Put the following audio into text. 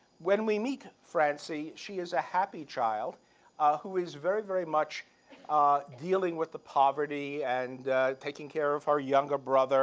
when we meet francie, she is a happy child who is very, very much dealing with the poverty and taking care of her younger brother